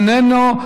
איננו,